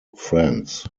friends